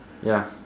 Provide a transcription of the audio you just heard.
ya